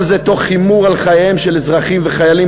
וכל זה תוך הימור על חייהם של אזרחים וחיילים